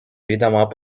évidemment